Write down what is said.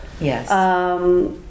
Yes